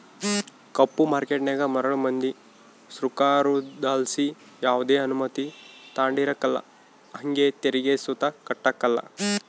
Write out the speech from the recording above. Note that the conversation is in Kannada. ಕಪ್ಪು ಮಾರ್ಕೇಟನಾಗ ಮರುಳು ಮಂದಿ ಸೃಕಾರುದ್ಲಾಸಿ ಯಾವ್ದೆ ಅನುಮತಿ ತಾಂಡಿರಕಲ್ಲ ಹಂಗೆ ತೆರಿಗೆ ಸುತ ಕಟ್ಟಕಲ್ಲ